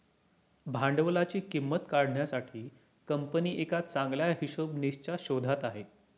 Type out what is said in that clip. भांडवलाची किंमत काढण्यासाठी कंपनी एका चांगल्या हिशोबनीसच्या शोधात आहे